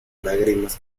lágrimas